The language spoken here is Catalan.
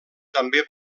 també